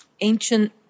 ancient